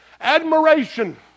Admiration